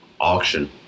Auction